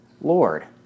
Lord